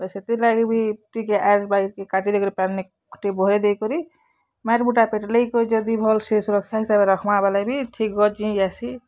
ତ ସେଥିର୍ ଲାଗି ବି ଟିକେ ଆର୍ ବାଗିର୍ କାଟି ଦେଇକରି ପାନ୍ ଟିକେ ବହେଦେଇକରି ମାଟ୍ ମୁଟା ପେଟଲେଇକରି ଯଦି ଭଲ୍ ସେ ସୁରକ୍ଷା ହିସାବ୍ ରେ ରଖ୍ମା ବୋଲେ ଠିକ୍ ରେ ଜିଂ ଯାଇସୀ